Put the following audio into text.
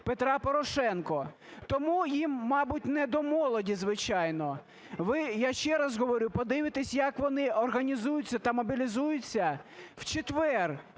Петра Порошенка, тому їм, мабуть, не до молоді, звичайно. Ви, я ще раз говорю, подивитеся, як вони організуються та мобілізуються в четвер